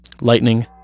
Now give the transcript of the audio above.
Lightning